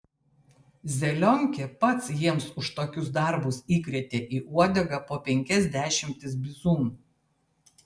zelionkė pats jiems už tokius darbus įkrėtė į uodegą po penkias dešimtis bizūnų